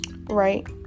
Right